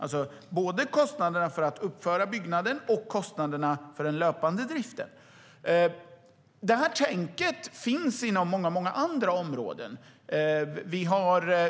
Det är både kostnaden för att uppföra byggnaden och kostnaderna för den löpande driften. Det tänket finns inom många andra områden.